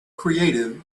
creative